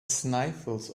sniffles